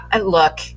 look